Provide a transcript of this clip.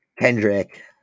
Kendrick